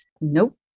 Nope